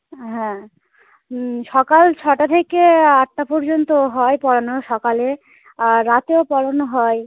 হ্যাঁ সকাল ছটা থেকে আটটা পর্যন্ত হয় পড়ানো সকালে আর রাতেও পড়ানো হয়